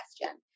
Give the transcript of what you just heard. question